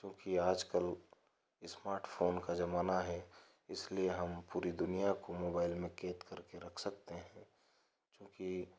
चूँकि आज कल इस्मार्टफ़ोन का ज़माना है इसलिए हम पूरी दुनिया को मोबाइल में क़ैद करके रख सकते हैं क्योंकि